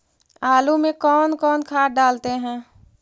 आलू में कौन कौन खाद डालते हैं?